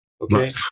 okay